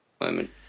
moment